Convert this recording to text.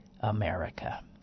America